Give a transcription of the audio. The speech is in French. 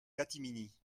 catimini